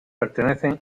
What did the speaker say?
pertenecen